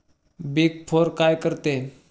Big four काय करते?